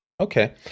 Okay